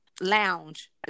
lounge